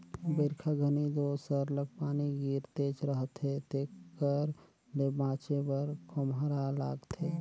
बरिखा घनी दो सरलग पानी गिरतेच रहथे जेकर ले बाचे बर खोम्हरा लागथे